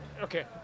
Okay